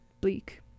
bleak